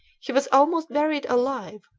he was almost buried alive,